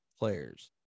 players